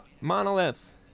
monolith